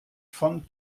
von